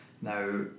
Now